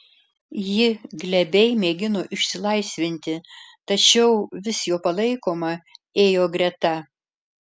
ji glebiai mėgino išsilaisvinti tačiau vis jo palaikoma ėjo greta